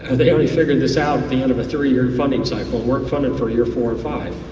and they already figured this out at the end of a three year funding cycle, we're funded for year four and five.